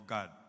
God